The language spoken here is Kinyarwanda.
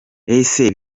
ese